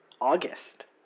August